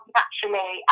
naturally